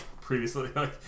previously